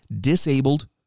disabled